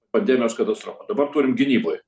pandemijos katastrofą dabar turim gynyboje